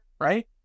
right